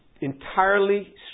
entirely